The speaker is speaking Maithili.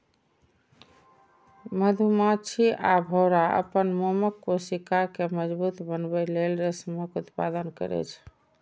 मधुमाछी आ भौंरा अपन मोमक कोशिका कें मजबूत बनबै लेल रेशमक उत्पादन करै छै